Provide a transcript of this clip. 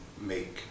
make